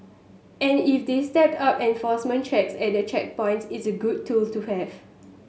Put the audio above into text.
and if they step up enforcement checks at the checkpoints it's a good tool to have